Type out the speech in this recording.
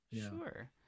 Sure